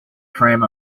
tram